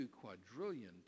quadrillion